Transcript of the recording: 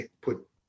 put